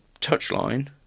touchline